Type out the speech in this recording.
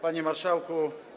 Panie Marszałku!